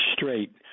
straight